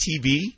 TV